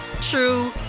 true